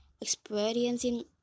experiencing